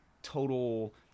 total